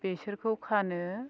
बेसोरखौ खानो